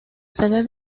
sede